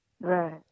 Right